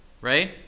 right